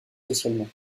socialement